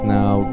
now